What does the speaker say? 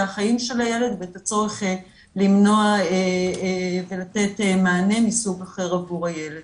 החיים של הילד ואת הצורך למנוע ולתת מענה מסוג אחר עבור הילד.